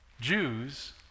Jews